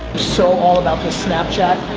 so all about the snapchat.